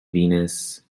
venice